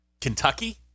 Kentucky